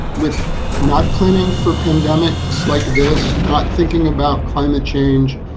with not planning for pandemics like this, not thinking about climate change,